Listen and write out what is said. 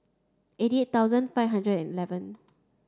eighty eight thousand five hundred and eleven